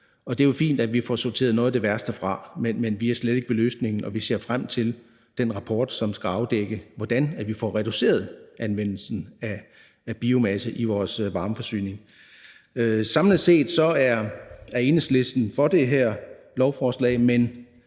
det er jo fint, at vi får sorteret noget af det værste fra, men vi er slet ikke ved løsningen, og vi ser frem til den rapport, som skal afdække, hvordan vi får reduceret anvendelsen af biomasse i vores varmeforsyning. Samlet set er Enhedslisten for det her lovforslag,